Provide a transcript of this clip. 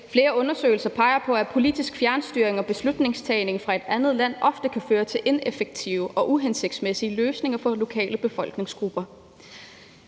Flere undersøgelser peger på, at politisk fjernstyring og beslutningstagning fra et andet land ofte kan føre til ineffektive og uhensigtsmæssige løsninger for lokale befolkningsgrupper.